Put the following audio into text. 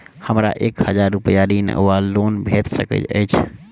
हमरा एक हजार रूपया ऋण वा लोन भेट सकैत अछि?